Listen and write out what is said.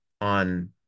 on